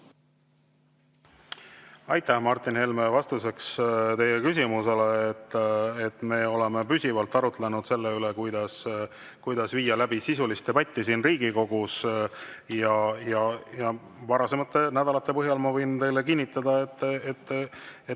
Aitäh, Martin Helme! Vastuseks teie küsimusele: me oleme püsivalt arutlenud selle üle, kuidas viia läbi sisulist debatti siin Riigikogus. Varasemate nädalate põhjal ma võin teile kinnitada, et